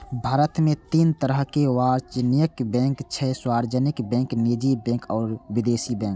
भारत मे तीन तरहक वाणिज्यिक बैंक छै, सार्वजनिक बैंक, निजी बैंक आ विदेशी बैंक